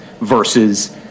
versus